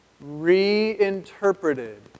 Reinterpreted